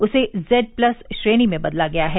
उसे Z plus श्रेणी में बदला गया है